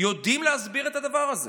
יודעים להסביר את הדבר הזה,